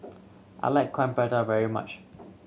I like Coin Prata very much